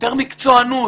יותר מקצוענות.